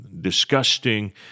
disgusting